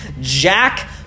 Jack